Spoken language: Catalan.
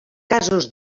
casos